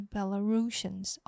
Belarusians